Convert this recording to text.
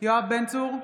יואב בן צור,